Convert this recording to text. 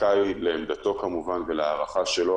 זכאי לעמדתו, כמובן, ולהערכה שלו.